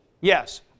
Yes